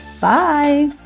bye